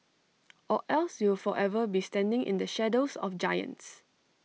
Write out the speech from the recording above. or else you will forever be standing in the shadows of giants